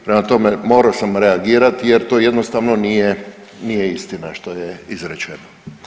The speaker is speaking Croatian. Prema tome morao sam reagirati jer to jednostavno nije, nije istina što je izrečeno.